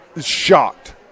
Shocked